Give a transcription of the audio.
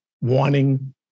wanting